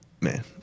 Man